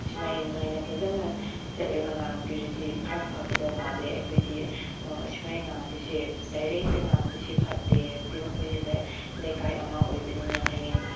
ꯁꯨꯃꯥꯏꯅ ꯅꯣꯏꯅ ꯐꯖꯅ ꯆꯠꯂꯒ ꯉꯥꯡꯕꯤꯔꯗꯤ ꯈꯔ ꯐꯒꯗꯧ ꯃꯥꯜꯂꯦ ꯑꯩꯈꯣꯏꯗꯤ ꯑꯁꯨꯃꯥꯏꯅ ꯉꯥꯡꯕꯁꯦ ꯗꯥꯏꯔꯦꯛꯇ ꯉꯥꯡꯕꯁꯦ ꯐꯠꯇꯦ ꯍꯥꯏꯕꯗꯤ ꯃꯈꯣꯏꯗꯨꯗ ꯂꯩꯀꯥꯏ ꯑꯃ ꯑꯣꯏꯕꯅꯤꯅ ꯍꯌꯦꯡ